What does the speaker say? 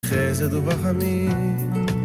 חזד ובחמין